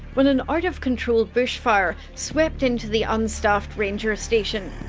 when an out-of-control bushfire swept into the unstaffed ranger station.